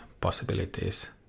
possibilities